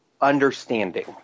understanding